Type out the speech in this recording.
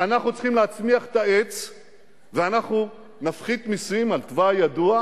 מתח הרווחים שם עדיין גבוה,